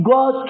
God